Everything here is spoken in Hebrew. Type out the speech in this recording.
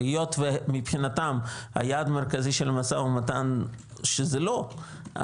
והיות ומבחינתם היעד המרכזי של משא ומתן שזה לא,